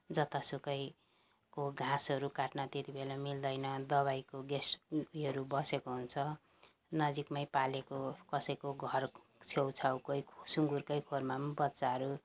जता सुकैको घाँसहरू काट्न त्यति बेला मिल्दैन दबाईको ग्यास उयोहरू बसेको हुन्छ नजिकमै पालेको कसैको घर छेउ छाउकै सुँगुरकै खोरमा बच्चाहरू